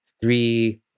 three